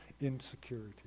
insecurity